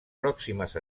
pròximes